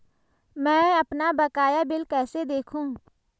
मैं अपना बकाया बिल कैसे देखूं?